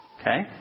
Okay